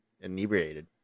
inebriated